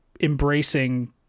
embracing